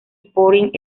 sporting